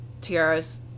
tiaras